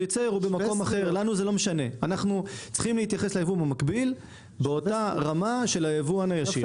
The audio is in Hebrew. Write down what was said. אנחנו צריכים להתייחס לייבוא המקביל באותה רמה של הייבוא הישיר.